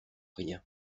rien